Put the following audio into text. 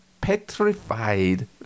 petrified